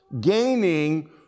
Gaining